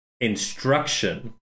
instruction